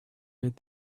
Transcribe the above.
read